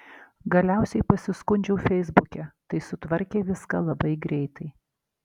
galiausiai pasiskundžiau feisbuke tai sutvarkė viską labai greitai